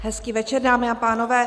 Hezký večer, dámy a pánové.